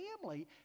family